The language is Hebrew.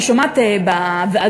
אני שומעת בוועדות,